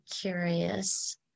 curious